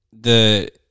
the-